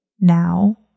now